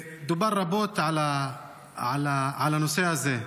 דובר רבות על הנושא הזה.